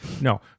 No